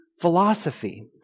philosophy